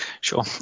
Sure